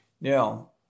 now